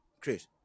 Chris